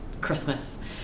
Christmas